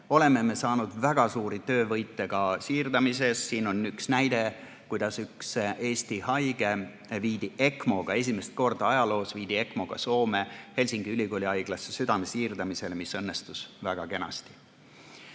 oleme saanud väga suuri töövõite ka siirdamises. Siin on üks näide, kuidas üks Eesti haige viidi ECMO-ga esimest korda ajaloos Soome, Helsingi Ülikooli haiglasse südame siirdamisele, mis õnnestus väga kenasti.